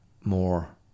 more